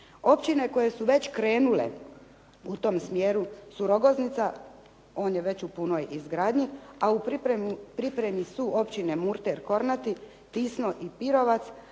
Općine koje su već krenule u tom smjeru su Rogoznica, on je već u punoj izgradnji a u pripremi su općine Murter, Kornati, Tisno i Pirovaca